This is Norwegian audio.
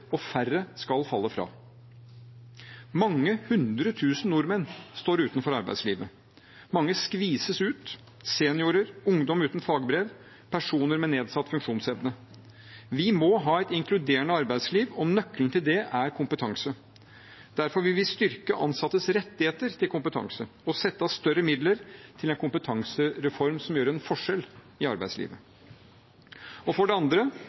og færre skal falle fra. Mange hundre tusen nordmenn står utenfor arbeidslivet. Mange skvises ut – seniorer, ungdom uten fagbrev, personer med nedsatt funksjonsevne. Vi må ha et inkluderende arbeidsliv, og nøkkelen til det er kompetanse. Derfor vil vi styrke ansattes rettigheter til kompetanse og sette av større midler til en kompetansereform som utgjør en forskjell i arbeidslivet. For det andre: